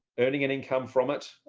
earning an income from it,